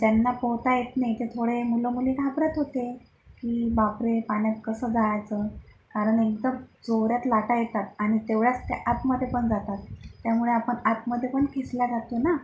ज्यांना पोहता येत नाही ते थोडे मुलं मुली घाबरत होते की बापरे पाण्यात कसं जायचं कारण एकदम जोरात लाटा येतात आणि तेव्हढ्याच त्या आतमध्ये पण जातात त्यामुळे आपण आतमध्ये पण खेचले जातो ना